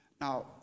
Now